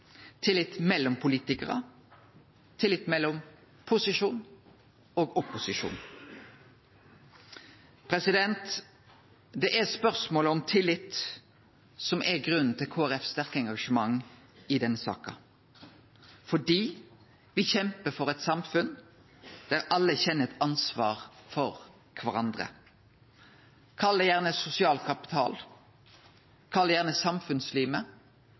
tillit mellom politikarar, tillit mellom posisjon og opposisjon. Det er spørsmålet om tillit som er grunnen til Kristeleg Folkepartis sterke engasjement i denne saka, fordi vi kjempar for eit samfunn der alle kjenner eit ansvar for kvarandre. Kall det gjerne sosial kapital, kall det gjerne samfunnslimet,